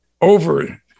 over